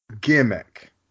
gimmick